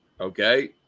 Okay